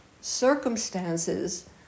circumstances